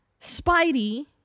Spidey